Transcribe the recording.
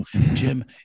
Jim